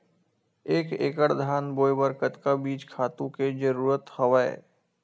एक एकड़ धान बोय बर कतका बीज खातु के जरूरत हवय?